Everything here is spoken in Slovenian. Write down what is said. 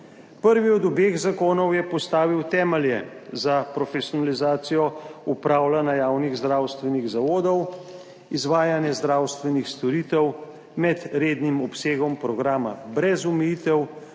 Prvi od obeh zakonov je postavil temelje za profesionalizacijo upravljanja javnih zdravstvenih zavodov, izvajanje zdravstvenih storitev med rednim obsegom programa brez omejitev